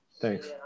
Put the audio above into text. Thanks